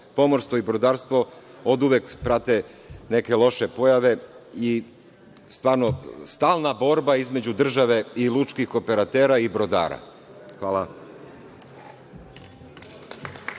pomorstvo i brodarstvo oduvek prate neke loše pojave i stvarno stalna borba između države i lučkih operatera i brodara. Hvala.